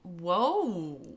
Whoa